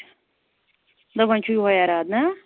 دوٚپ وَۄنۍ چھُو یہٕے اِرادٕ نا